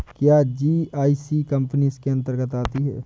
क्या GIC company इसके अन्तर्गत आती है?